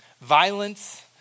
violence